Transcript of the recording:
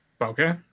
okay